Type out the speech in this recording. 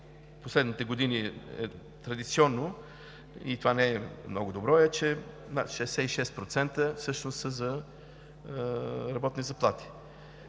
последните години е традиционно, и това вече не е много добро – над 66% всъщност са за работни заплати,